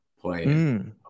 playing